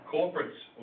Corporate's